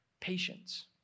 patience